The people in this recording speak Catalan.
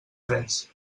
tres